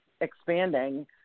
expanding